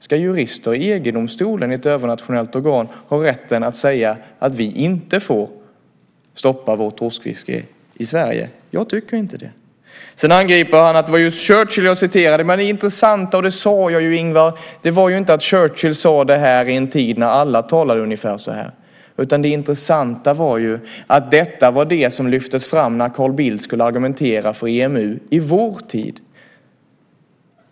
Ska jurister i EG-domstolen, ett övernationellt organ, ha rätt att säga att vi inte får stoppa vårt torskfiske i Sverige? Jag tycker inte det. Sedan angriper Ingvar Svensson att det var just Churchill jag citerade. Det intressanta var inte - och det sade jag, Ingvar - att Churchill sade det i en tid när alla talade ungefär så. Det intressanta var att detta var det som lyftes fram när Carl Bildt skulle argumentera för EMU i vår tid.